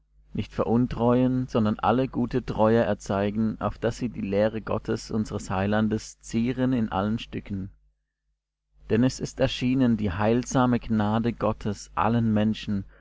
nicht veruntreuen sondern alle gute treue erzeigen auf daß sie die lehre gottes unsers heilandes zieren in allen stücken denn es ist erschienen die heilsame gnade gottes allen menschen